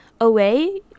away